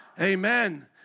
Amen